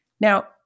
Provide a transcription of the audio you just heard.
Now